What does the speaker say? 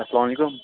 السلامُ علیکُم